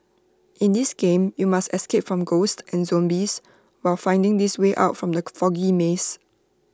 in this game you must escape from ghost and zombies while finding the way out from the foggy maze